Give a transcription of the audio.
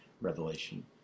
revelation